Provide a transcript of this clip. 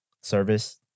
service